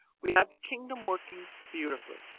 we have the kingdom working beautifully.